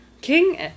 King